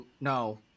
no